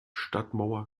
stadtmauer